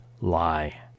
lie